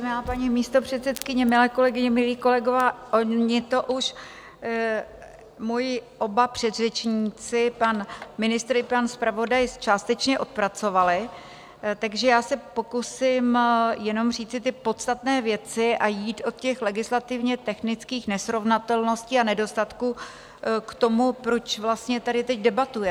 Milá paní místopředsedkyně, milé kolegyně, milí kolegové, oni to už oba moji oba předřečníci, pan ministr i pan zpravodaj, částečně odpracovali, takže já se pokusím jenom říci ty podstatné věci a jít od těch legislativně technických nesrovnatelností a nedostatků k tomu, proč vlastně tady teď debatujeme.